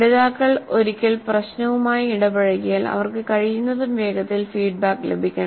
പഠിതാക്കൾ ഒരിക്കൽ പ്രശ്നവുമായി ഇടപഴകിയാൽ അവർക്ക് കഴിയുന്നതും വേഗത്തിൽ ഫീഡ്ബാക്ക് ലഭിക്കണം